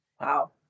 Wow